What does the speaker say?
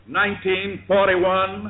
1941